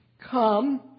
come